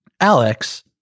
Alex